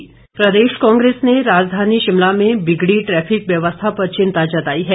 कांग्रेस प्रदेश कांग्रेस ने राजधानी शिमला में बिगड़ी ट्रैफिक व्यवस्था पर चिंता जताई है